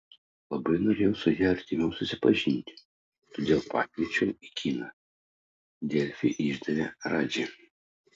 labai norėjau su ja artimiau susipažinti todėl pakviečiau į kiną delfi išdavė radži